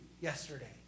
yesterday